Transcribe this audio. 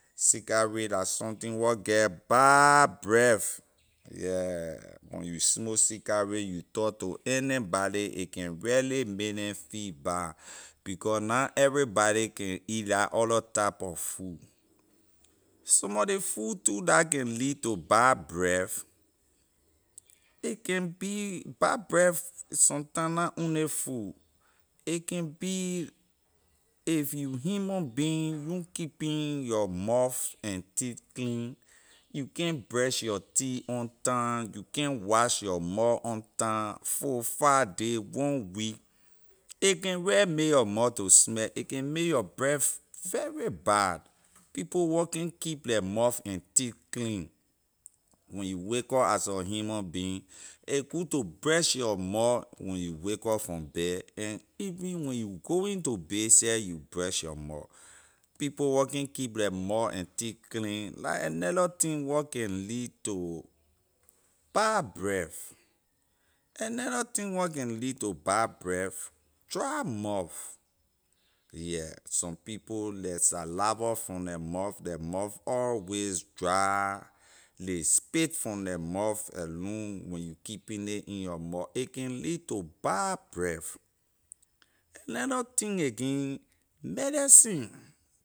Cigarette la something where get bad breath yeah when you smoke cigarette you talk to anybody it can really may neh fee bad becor na everybody can eat that other type of food some of ley food too la can lead to bad breath a can be bad breath sometime na only food a can be if you human being you na keeping your mouth and teeth clean you can’t brush your teeth on time you can wash your mouth on time four five day one week a can real make your mouth smell a can make your breath very bad people wor can keep la mouth and teeth clean when you wake up as a human being a good to brush your mouth when you wake up from bed and even when you go to bay seh you brush your mouth people wor can keep la mouth and teeth clean la another thing wor can lead to bad breath another thing where can lead to bad breath dry mouth yeah some people la saliva from la mouth la mouth always dry ley spit from la mouth alone when you keeping nay in your mouth a can lead to bad breath another thing again medicine